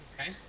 okay